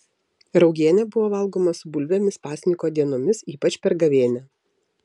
raugienė buvo valgoma su bulvėmis pasninko dienomis ypač per gavėnią